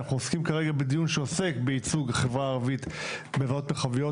אנחנו עוסקים כרגע בדיון שעוסק בייצוג החברה הערבית בוועדות מרחביות,